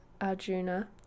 Arjuna